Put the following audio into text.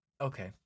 Okay